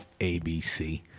ABC